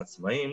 העצמאים,